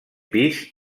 pis